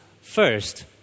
first